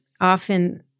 often